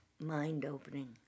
mind-opening